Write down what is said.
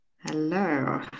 Hello